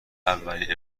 اولین